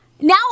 Now